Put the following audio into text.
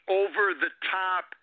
over-the-top